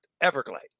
Everglades